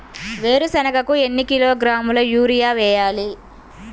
వేరుశనగకు ఎన్ని కిలోగ్రాముల యూరియా వేయాలి?